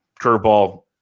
curveball